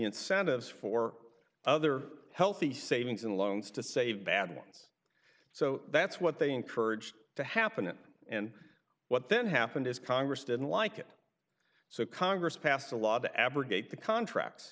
incentives for other healthy savings and loans to save bad ones so that's what they encouraged to happen and what then happened is congress didn't like it so congress passed a law to abrogate the contracts